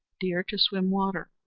deer to swim water,